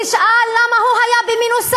תשאל: למה הוא היה במנוסה?